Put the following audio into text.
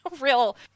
real